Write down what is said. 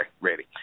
ready